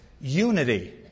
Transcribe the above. unity